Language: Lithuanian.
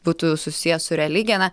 būtų susiję su religija na